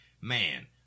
man